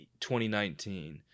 2019